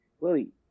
Willie